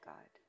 God